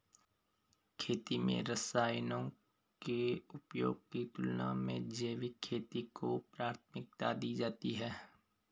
खेती में रसायनों के उपयोग की तुलना में जैविक खेती को प्राथमिकता दी जाती है